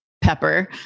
pepper